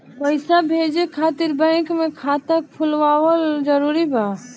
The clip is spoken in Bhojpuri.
पईसा भेजे खातिर बैंक मे खाता खुलवाअल जरूरी बा?